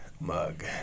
mug